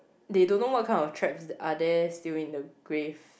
they don't know what kind of traps are there still in the grave